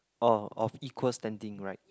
oh of equal standing right